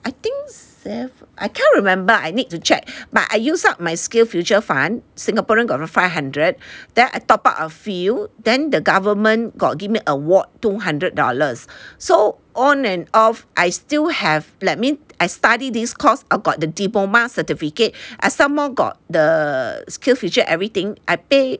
I think seven I can't remember I need to check but I used up my SkillsFuture fund Singaporean got five hundred then I top up a few then the government got give me award two hundred dollars so on and off I still have let me I study these course got the diploma certificate I some more got the SkillsFuture everything I pay